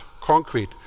concrete